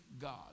God